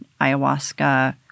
ayahuasca